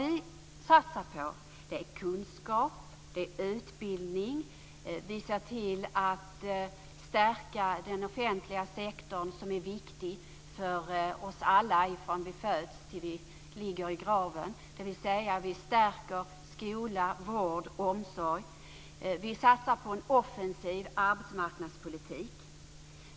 Vi satsar på kunskap och utbildning. Vi ser till att stärka den offentliga sektorn som är viktig för oss alla från det att vi föds till det att vi ligger i graven. Vi stärker skola, vård och omsorg. Vi satsar på en offensiv arbetsmarknadspolitik.